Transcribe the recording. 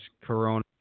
Corona